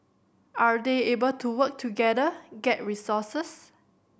are they able to work together get resources